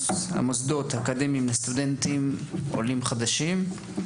המוסדות האקדמיים לסטודנטים עולים חדשים.